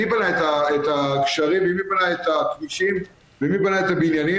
מי בנה את הגשרים ומי בנה את הכבישים ומי בנה את הבניינים?